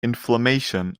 inflammation